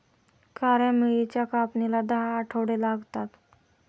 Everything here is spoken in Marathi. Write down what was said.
काळ्या मिरीच्या कापणीला दहा आठवडे लागतात